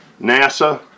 NASA